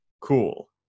Cool